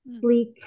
sleek